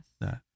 Yes